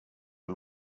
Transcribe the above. att